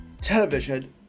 television